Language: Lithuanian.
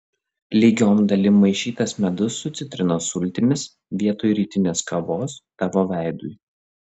lygiom dalim maišytas medus su citrinos sultimis vietoj rytinės kavos tavo veidui